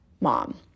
mom